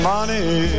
Money